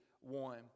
one